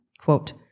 quote